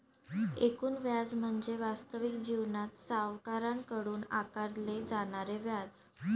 एकूण व्याज म्हणजे वास्तविक जीवनात सावकाराकडून आकारले जाणारे व्याज